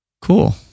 Cool